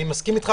אני מסכים איתך,